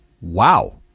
Wow